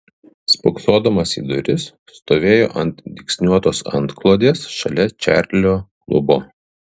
spoksodamas į duris stovėjo ant dygsniuotos antklodės šalia čarlio klubo